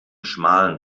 schmalen